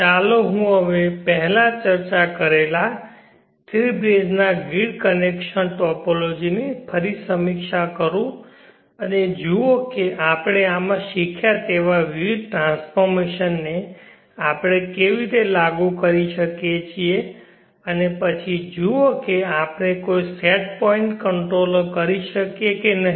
ચાલો હું હવે પહેલા ચર્ચા કરેલા થ્રી ફેઝ ના ગ્રીડ કનેક્શન ટોપોલોજીની ફરી સમીક્ષા કરું અને જુઓ કે આપણે આમાં શીખ્યા તેવા વિવિધ ટ્રાન્સફોર્મશન ને આપણે કેવી રીતે લાગુ કરી શકીએ અને પછી જુઓ કે આપણે કોઈ સેટ પોઇન્ટ કંટ્રોલર કરી શકીએ કે નહીં